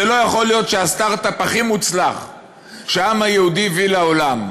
זה לא יכול להיות שהסטרט-אפ הכי מוצלח שהעם היהודי הביא לעולם,